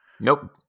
nope